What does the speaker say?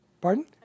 Pardon